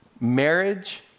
marriage